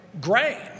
grain